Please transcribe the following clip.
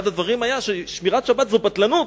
אחד הדברים היה ששמירת שבת זאת בטלנות,